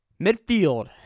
Midfield